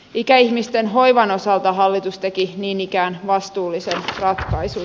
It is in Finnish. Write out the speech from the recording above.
ikäihmisten hoivan osalta hallitus teki niin ikään vastuullisen ratkaisun